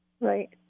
Right